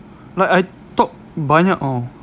like I talk banyak tau